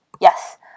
yes